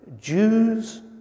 Jews